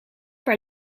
haar